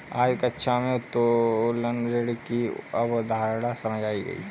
आज कक्षा में उत्तोलन ऋण की अवधारणा समझाई गई